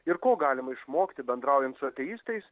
ir ko galima išmokti bendraujant su ateistais